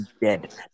dead